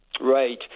Right